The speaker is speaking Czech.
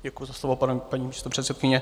Děkuji za slovo, paní místopředsedkyně.